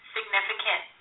significant